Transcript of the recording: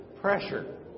pressure